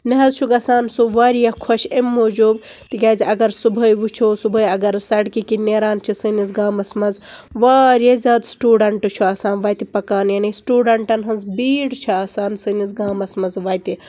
مےٚ حظ چھُ گژھان سُہ واریاہ خۄش امہِ موٗجوٗب تِکیازِ اگر صبحٲے وٕچھو صبحٲے اگر سڑکہِ کِنۍ نٮ۪ران چھِ سٲنِس گامس منٛز واریاہ زیادٕ سِٹوٗڈنٹِس چھِ آسان وتہِ پکان یعنے سِٹوٗڈنٹن ہنٛز بیٖڈ چھِ آسان سٲنِس گامس منٛز وتہِ